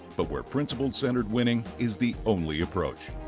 but where principle-centered winning is the only approach.